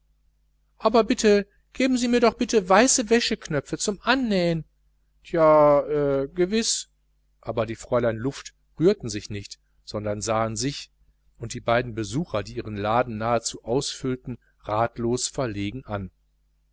aber bitte geben sie mir doch bitte weiße wäscheknöpfe zum annähen tje gewiß aber die fräulein luft rührten sich nicht sondern sahen sich und die beiden besucher die ihren laden nahezu ausfüllten ratlos verlegen an